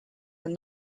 when